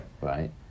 right